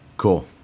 Cool